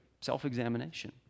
self-examination